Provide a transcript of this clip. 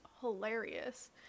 hilarious